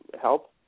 help